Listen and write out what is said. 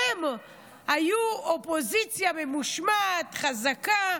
הם היו אופוזיציה ממושמעת, חזקה.